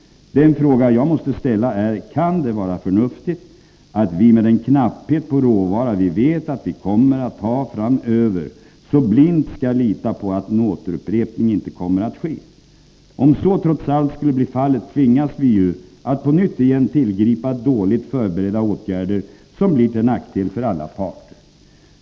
Den fråga jag måste ställa är: Kan det vara förnuftigt att mot bakgrund av den knapphet på råvara vi vet att vi kommer att ha framöver så blint lita på att en återupprepning inte kommer att ske? Om så trots allt skulle bli fallet tvingas vi ju att på nytt tillgripa illa förberedda åtgärder, som blir till nackdel för alla parter.